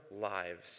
lives